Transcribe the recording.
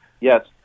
Yes